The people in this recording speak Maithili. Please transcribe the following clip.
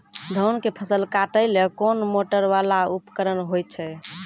धान के फसल काटैले कोन मोटरवाला उपकरण होय छै?